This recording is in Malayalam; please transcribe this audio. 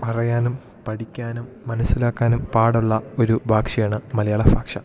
പറയാനും പഠിക്കാനും മനസ്സിലാക്കാനും പാടൊള്ള ഒരു ഭാക്ഷയാണ് മലയാള ഫാക്ഷ